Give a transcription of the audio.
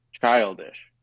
childish